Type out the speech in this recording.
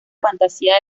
fantasía